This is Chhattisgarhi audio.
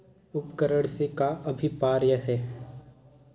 उपकरण से का अभिप्राय हे?